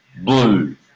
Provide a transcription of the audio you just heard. blue